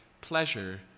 pleasure